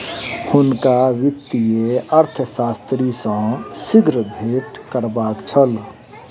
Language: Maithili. हुनका वित्तीय अर्थशास्त्री सॅ शीघ्र भेंट करबाक छल